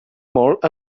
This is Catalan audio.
molt